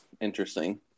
interesting